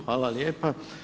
Hvala lijepa.